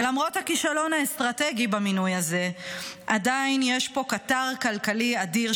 ולמרות הכישלון האסטרטגי במינוי הזה עדיין יש פה קטר כלכלי אדיר,